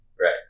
right